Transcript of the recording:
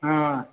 हँ